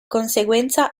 conseguenza